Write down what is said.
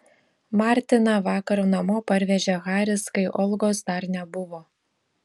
martiną vakar namo parvežė haris kai olgos dar nebuvo